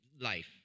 life